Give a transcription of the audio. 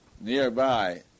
nearby